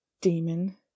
Demon